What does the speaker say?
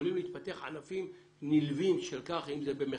להתפתח ענפים נלווים, אם זה במחקר,